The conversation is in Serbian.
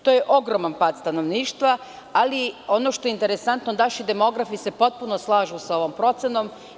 To je ogroman pad stanovništva, ali ono što je interesantno, naši demografi se u potpunosti slažu sa ovom procenom.